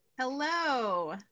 Hello